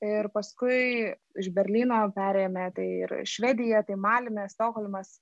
ir paskui iš berlyno perėmė tai ir švedija tai malmė stokholmas